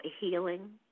healing